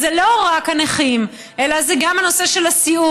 אז זה לא רק הנכים אלא זה גם הנושא של הסיעוד,